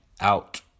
Out